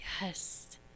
yes